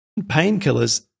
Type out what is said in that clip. painkillers